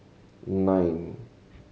nine